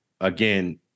Again